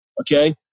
Okay